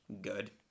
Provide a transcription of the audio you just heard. Good